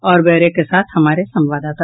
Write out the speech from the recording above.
और ब्यौरे के साथ हमारे संवाददाता